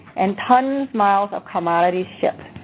and tons miles of commodities shipped.